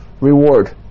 reward